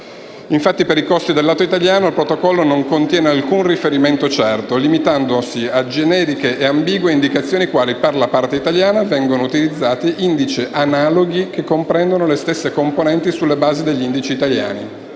Infatti, per i costi del lato italiano il protocollo non contiene alcun riferimento certo, limitandosi a generiche e ambigue indicazioni quali: «Per la parte italiana, vengono utilizzati indici analoghi che comprendono le stesse componenti sulla base degli indici italiani»